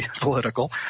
political